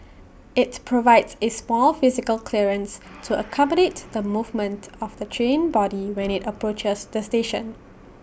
IT provides A small physical clearance to accommodate the movement of the train body when IT approaches the station